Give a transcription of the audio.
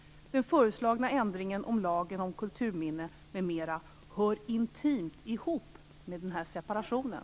Den föreslagna ändringen av lagen om kulturminnen m.m. hör intimt ihop med den här separationen.